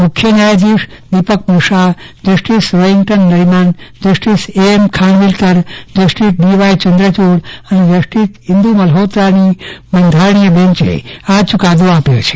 મુખ્ય ન્યાયાધીશ Dipak Misra justice Rohinton Nariman justice A M Khanwilkar justice D Y Chandrachud અને જસ્ટિસ ઇંદુ મલ્હોત્રાની બંધારણીય બેંચે આ ચુકાદો આપ્યો છે